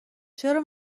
چرا